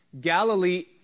Galilee